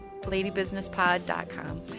LadyBusinessPod.com